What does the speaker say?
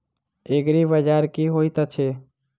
एग्रीबाजार की होइत अछि?